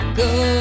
go